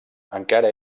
encara